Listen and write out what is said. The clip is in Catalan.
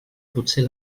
potser